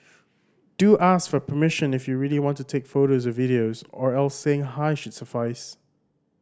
do ask for permission if you really want to take photos or videos or else saying hi should suffice